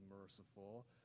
merciful